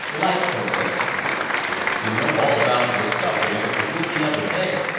leithcourt said to me you know all about the discovery up at the wood the other day!